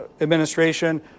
administration